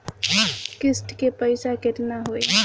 किस्त के पईसा केतना होई?